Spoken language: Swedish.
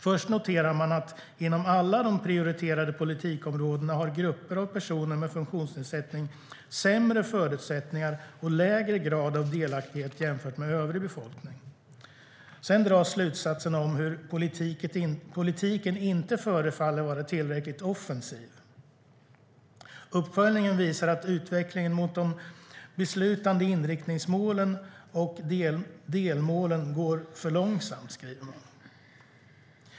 Först noterar man att 'inom alla de prioriterade politikområdena har grupper av personer med funktionsnedsättning sämre förutsättningar och lägre grad av delaktighet jämfört med övrig befolkning'. Sedan dras slutsatsen om hur politiken inte förefaller vara tillräckligt offensiv. 'Uppföljningen visar att utvecklingen mot de beslutade inriktningsmålen och delmålen går för långsamt', skriver man.